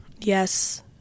Yes